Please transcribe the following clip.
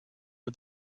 for